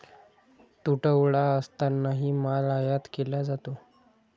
तुटवडा असतानाही माल आयात केला जातो